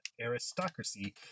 aristocracy